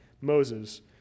Moses